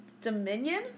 Dominion